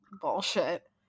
bullshit